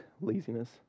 laziness